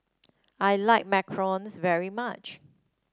I like macarons very much